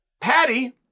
Patty